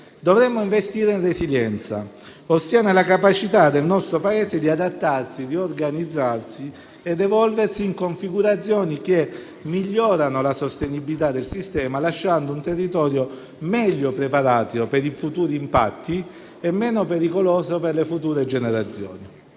dovremmo investire in resilienza, ossia nella capacità del nostro Paese di adattarsi, riorganizzarsi ed evolversi in configurazioni che migliorano la sostenibilità del sistema, lasciando un territorio meglio preparato per i futuri impatti e meno pericoloso per le future generazioni.